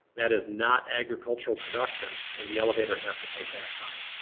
that is not agricultural production and the elevator has to pay tax on it.